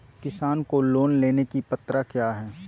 किसान को लोन लेने की पत्रा क्या है?